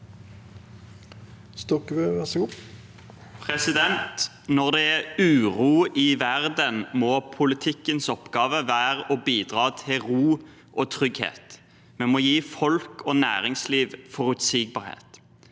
Når det er uro i verden, må politikkens oppgave være å bidra til ro og trygghet. Vi må gi folk og næringsliv forutsigbarhet.